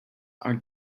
are